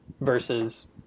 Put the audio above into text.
versus